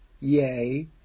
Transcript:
yea